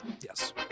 Yes